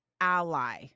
ally